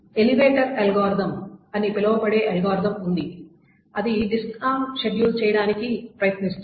elevator algorithm అని పిలవబడే algorithm ఉంది అది డిస్క్ ఆర్మ్ షెడ్యూల్ చేయడానికి ప్రయత్నిస్తుంది